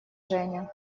женя